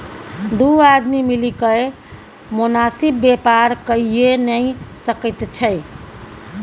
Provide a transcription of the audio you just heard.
दू आदमी मिलिकए मोनासिब बेपार कइये नै सकैत छै